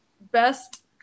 Best